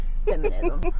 Feminism